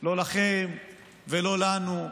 לא לכם ולא לנו.